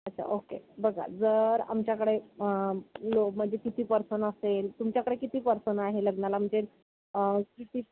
अच्छा ओके बघा जर आमच्याकडे लो म्हणजे किती पर्सन असेल तुमच्याकडे किती पर्सन आहे लग्नाला म्हणजे किती